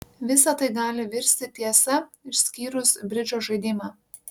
visa tai gali virsti tiesa išskyrus bridžo žaidimą